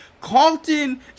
Carlton